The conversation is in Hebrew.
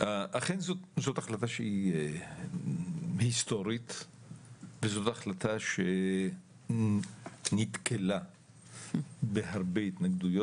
אכן זאת החלטה שהיא היסטורית וזאת החלטה שנתקלה בהרבה התנגדויות